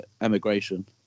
emigration